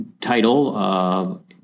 title